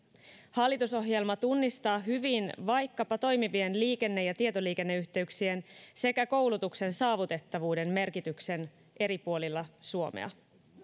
hallitusohjelma tunnistaa hyvin vaikkapa toimivien liikenne ja tietoliikenneyhteyksien sekä koulutuksen saavutettavuuden merkityksen eri puolilla suomea